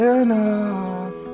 enough